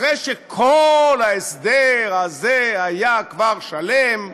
אחרי שכל ההסדר הזה היה כבר שלם,